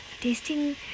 tasting